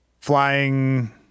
Flying